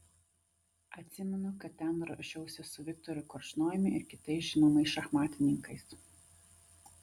atsimenu kad ten ruošiausi su viktoru korčnojumi ir kitais žinomais šachmatininkais